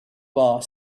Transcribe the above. bar